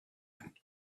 him